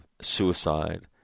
suicide